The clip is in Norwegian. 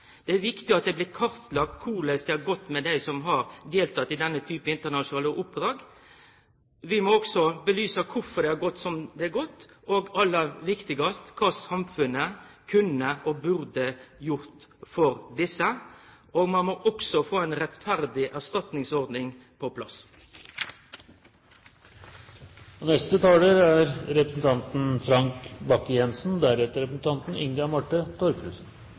det er viktig at det blir kartlagt korleis det har gått med dei som har delteke i denne typen internasjonale oppdrag. Vi må også belyse kvifor det har gått som det har gått, og, aller viktigast, kva samfunnet kunne og burde gjort for desse. Ein må også få ei rettferdig erstatningsordning på